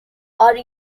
are